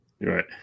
right